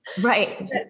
Right